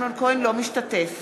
לא משתתף